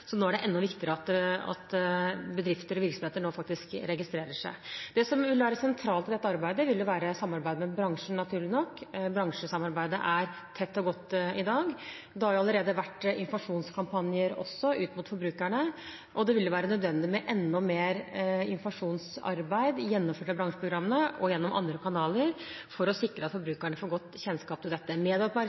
så nå er det enda viktigere at bedrifter og virksomheter faktisk registrerer seg. Sentralt i dette arbeidet vil være samarbeidet med bransjen, naturlig nok. Bransjesamarbeidet er tett og godt i dag. Det har allerede vært informasjonskampanjer ut mot forbrukerne, og det vil være nødvendig med enda mer informasjonsarbeid, gjennomført av bransjeprogrammet og gjennom andre kanaler, for å sikre at forbrukerne får god kjennskap til dette.